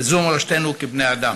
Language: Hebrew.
זו מורשתנו כבני אדם.